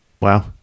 Wow